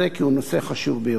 כי הוא נושא חשוב ביותר.